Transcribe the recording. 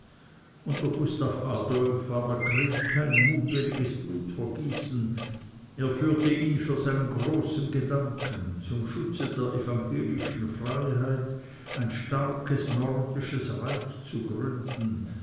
unter gustav adolf war der krieg kein mutwilliges blutvergießen er führte ihn für seinen großen gedanken zum schutze der evangelischen freiheit ein starkes nordisches reich zu gründen